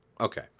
Okay